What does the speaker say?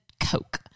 coke